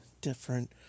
different